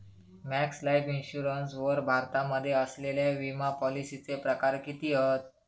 Max Life Insurance वर भारतामध्ये असलेल्या विमापॉलिसीचे प्रकार किती हत?